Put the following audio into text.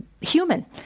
human